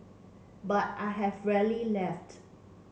but I have rarely left